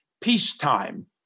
peacetime